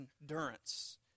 endurance